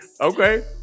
okay